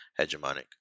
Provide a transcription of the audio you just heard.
hegemonic